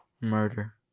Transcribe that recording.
murder